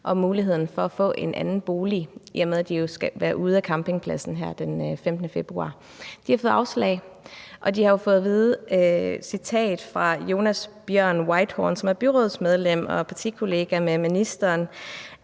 om mulighed for at få en anden bolig, i og med at de jo skal være ude af campingpladsen den 15. februar. De har fået afslag, og fra Jonas Bjørn Whitehorn, som er byrådsmedlem og partikollega med ministeren,